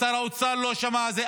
שר האוצר לא שמע על זה,